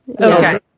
Okay